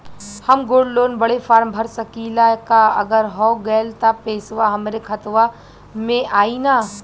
हम gold loan बड़े form भर सकी ला का अगर हो गैल त पेसवा हमरे खतवा में आई ना?